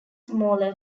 smaller